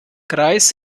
kreis